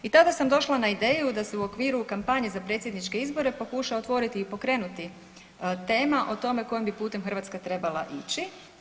I tada sam došla na ideju da se u okviru kampanje za predsjedničke izbora pokuša otvoriti i pokrenuti tema o tome kojim bi putem Hrvatska trebala ići.